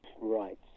right